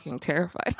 Terrified